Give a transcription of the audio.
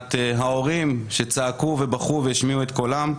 מבחינת ההורים שצעקו ובכו והשמיעו את קולם,